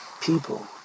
people